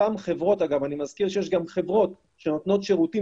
אני מזכיר שיש גם חברות שנותנות שירותים,